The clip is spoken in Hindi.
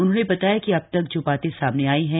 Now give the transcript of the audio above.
उन्होंने बताया कि अब तक जो बातें सामने आई हैं